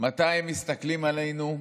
מתי מסתכלים עלינו,